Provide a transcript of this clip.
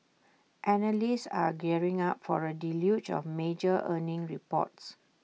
analysts are gearing up for A deluge of major earnings reports